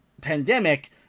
pandemic